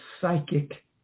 psychic